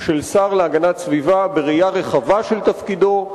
של שר להגנת הסביבה בראייה רחבה של תפקידו.